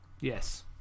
Yes